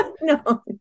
no